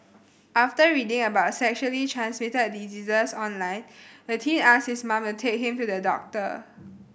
after reading about sexually transmitted diseases online the teen asked his mother to take him to the doctor